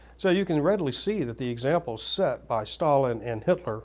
so you can readily see that the examples set by stalin and hitler